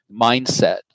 mindset